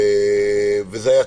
הייתה